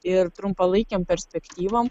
ir trumpalaikėm perspektyvom